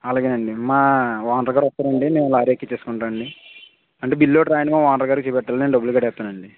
అలాగేనండి మా ఓనర్ గారు వస్తారండి నేను లారీ ఎక్కించేసుకుంటానండి అంటే బిల్ ఒకటి రాయండి మా ఓనర్ గారికి చూపించాలి నేను డబ్బులు కట్టేస్తానండి